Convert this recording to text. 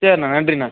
சேரிண்ணா நன்றிண்ணா